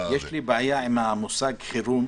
יש לי בעיה עם המושג "חירום",